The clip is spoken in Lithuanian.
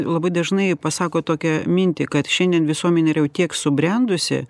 labai dažnai pasakot tokią mintį kad šiandien visuomenė yra jau tiek subrendusi